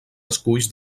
esculls